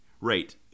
Right